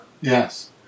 Yes